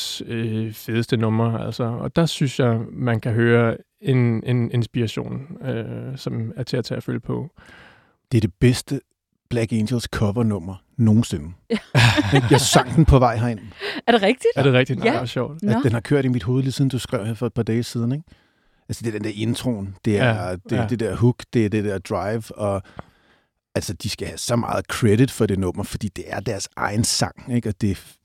Øh, fedeste numre, altså. Og der synes jeg, man kan høre en- en inspiration, øh, som er til at tage og føle på. Det er det bedste Black Angels covernummer nogensinde. Ja. Jeg sang den på vej herind. Er det rigtigt? Er det rigtigt? Nå, Ja. det er sjovt. At Nå. den har kørt i mit hoved lige siden du skrev her for et par dage siden, ikke? Altså, det er den der introen, det er- Ja. det er- Ja. det der hook, det er det der drive, og- altså, de skal have så meget credit for det nummer, fordi det er deres egen sang, ikke? Og det er-